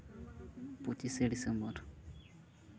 ᱯᱚᱸᱪᱤᱥᱮ ᱰᱤᱥᱮᱢᱵᱚᱨ